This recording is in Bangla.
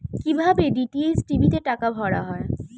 কি ভাবে ডি.টি.এইচ টি.ভি তে টাকা ভরা হয়?